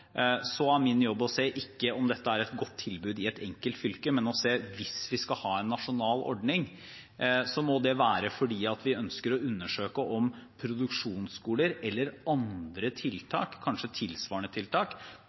er min jobb ikke å se om dette er et godt tilbud i et enkelt fylke, men å se at hvis vi skal ha en nasjonal ordning, må det være fordi vi ønsker å undersøke om produksjonsskoler eller andre tiltak – kanskje tilsvarende tiltak